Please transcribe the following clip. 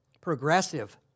Progressive